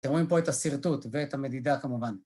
אתם רואים פה את השרטוט ואת המדידה כמובן.